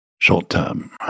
short-term